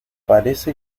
parece